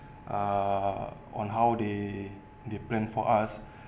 uh on how they they plan for us